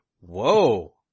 whoa